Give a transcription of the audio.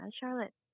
Charlotte